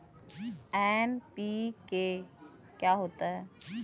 NPK क्या होता है?